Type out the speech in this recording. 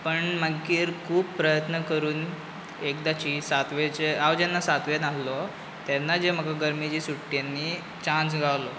पूण मागीर खूब प्रयत्न करून एकदाची सातवेचें हांव जेन्ना सातवेक आहलों तेन्ना जी म्हाका गरमेच्या सुट्टेनी चान्स गावलो